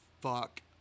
fuck